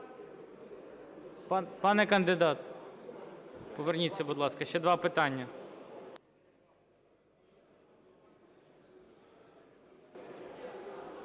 Пане кандидате, поверніться, будь ласка, ще два питання.